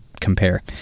compare